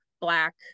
black